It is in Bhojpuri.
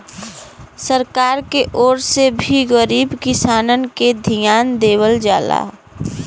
सरकार के ओर से भी गरीब किसानन के धियान देवल जाला